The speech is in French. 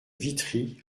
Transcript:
witry